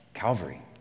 Calvary